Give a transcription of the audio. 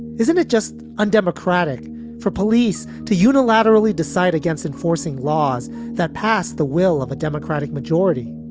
isn't it just undemocratic for police to unilaterally decide against enforcing laws that pass the will of a democratic majority?